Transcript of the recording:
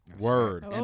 Word